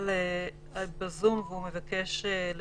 אם תסתכלו על ההכרזות שהיו עד היום,